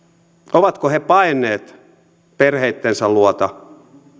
ovatko he paenneet perheittensä luota